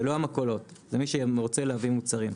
זה מי שרוצה להביא מוצרים.